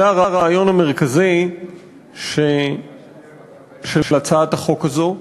זה הרעיון המרכזי של הצעת החוק הזאת,